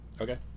Okay